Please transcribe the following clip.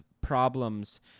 problems